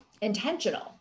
Intentional